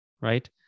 right